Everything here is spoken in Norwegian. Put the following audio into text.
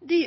Dei